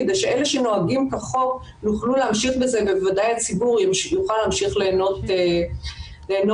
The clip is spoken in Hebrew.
כדי שאלה שנוהגים כחוק יוכלו להמשיך ליהנות מזה.